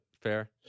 Fair